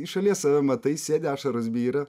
iš šalies save matai sėdi ašaros byra